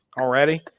already